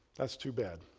that's too bad.